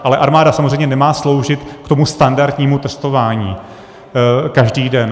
Ale armáda samozřejmě nemá sloužit k tomu standardnímu testování každý den.